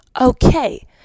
okay